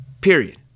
Period